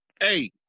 Hey